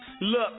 Look